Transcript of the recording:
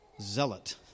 zealot